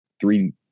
three